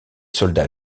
soldats